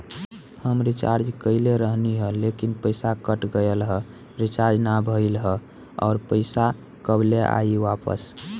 हम रीचार्ज कईले रहनी ह लेकिन पईसा कट गएल ह रीचार्ज ना भइल ह और पईसा कब ले आईवापस?